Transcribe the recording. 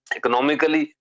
economically